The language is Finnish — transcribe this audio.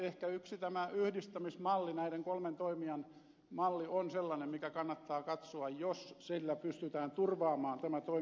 ehkä tämä yhdistämismalli näiden kolmen toimijan malli on yksi sellainen mikä kannattaa katsoa jos sillä pystytään turvaamaan tämä toiminta